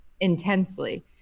intensely